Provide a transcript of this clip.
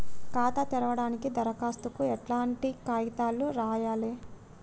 ఖాతా తెరవడానికి దరఖాస్తుకు ఎట్లాంటి కాయితాలు రాయాలే?